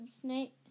snake